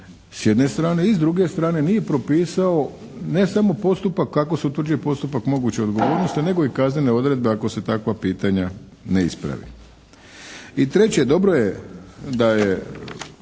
s jedne strane i s druge strane nije propisao ne samo postupak kako se utvrđuje postupak moguće odgovornosti nego i kaznene odredbe ako se takva pitanja ne isprave. I treće, dobro je da je